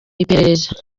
iperereza